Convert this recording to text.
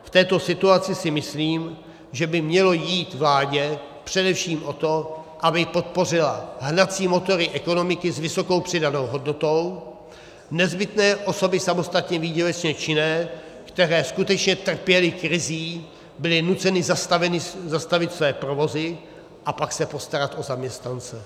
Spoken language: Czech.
V této situaci si myslím, že by mělo jít vládě především o to, aby podpořila hnací motory ekonomiky s vysokou přidanou hodnotou, nezbytné osoby samostatně výdělečně činné, které skutečně trpěly krizí, byly nuceny zastavit své provozy a pak se postarat o zaměstnance.